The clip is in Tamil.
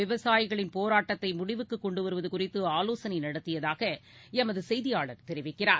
விவசாயிகளின் போராட்டத்தை முடிவுக்கு கொண்டு வருவது குறித்து ஆலோசனை நடத்தியதாக எமது செய்தியாளர் தெரிவிக்கிறார்